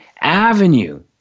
avenue